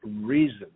reason